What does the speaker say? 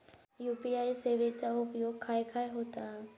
UPI सेवेचा उपयोग खाय खाय होता?